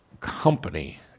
company